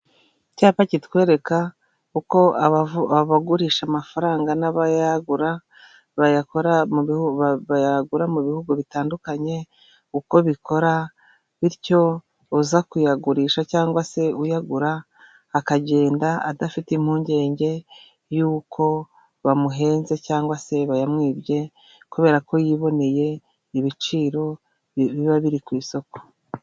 Icyapa kitwereka uko abagurisha amafaranga n'abayagura bayakora, bayagura mu bihugu bitandukanye, uko bikora, bityo uza kuyagurisha cyangwa se uyagura akagenda adafite impungenge y'uko bamuhenze cyangwa se bayamwibye, kubera ko yiboneye ibiciro biba biri ku isoko.